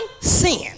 sin